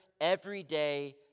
everyday